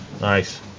Nice